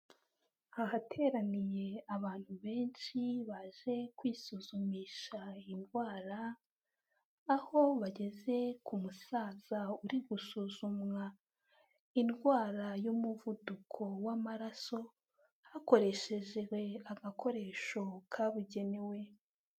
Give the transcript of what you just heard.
Ahateraniye abantu benshi baje kwisuzumisha iyi ndwara, aho bageze ku musaza uri gusuzumwa, indwara y'umuvuduko w'amaraso, hakoreshejwe agakoresho kabugenewe.